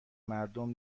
مردم